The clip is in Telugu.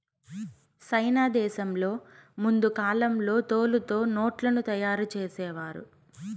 సైనా దేశంలో ముందు కాలంలో తోలుతో నోట్లను తయారు చేసేవారు